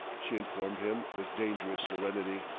she informed him with dangerous serenity.